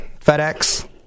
FedEx